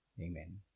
Amen